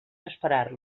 esperar